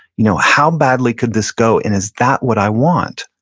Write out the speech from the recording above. you know how badly could this go and is that what i want?